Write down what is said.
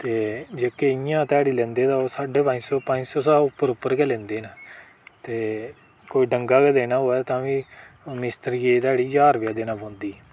ते जेह्के इयां घ्याड़ी लैंदे ओह् साढे पंज सौ शा उप्पर उप्पर गे लैंदे न ते कोई डंगा गै देना होए तां बी मिस्त्री दी ध्याड़ी ज्हार रुपे देनी पौंदी ऐ